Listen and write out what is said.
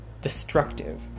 destructive